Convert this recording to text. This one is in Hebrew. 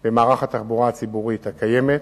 במערך התחבורה הציבורית הקיימת,